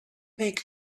make